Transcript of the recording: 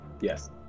Yes